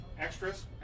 extras